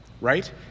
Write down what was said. right